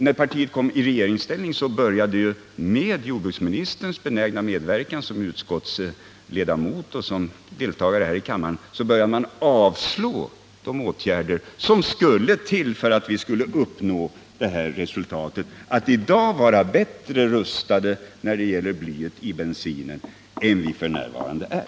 Då började man i utskottet och med jordbruksministerns benägna medverkan här i kammaren att gå emot sådana åtgärder som skulle krävas för att vi i dag skulle ha kunnat vara bättre rustade i fråga om bensinens blyhalt än vad vi f. n. är.